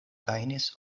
gajnis